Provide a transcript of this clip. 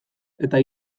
eta